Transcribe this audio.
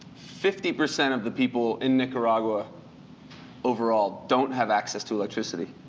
fifty percent of the people in nicaragua overall don't have access to electricity.